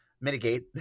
mitigate